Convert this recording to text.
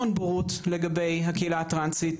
המון בורות לגבי הקהילה הטרנסית,